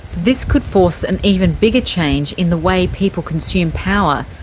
this could force an even bigger change in the way people consume power,